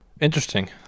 Interesting